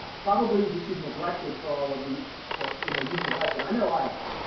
probably that you've neglected for all of the for you know you've neglected i know i have.